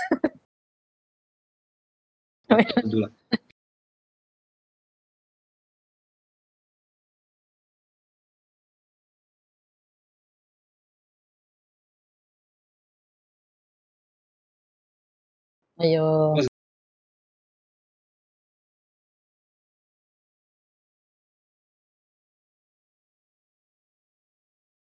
!aiyo!